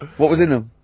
what was in em?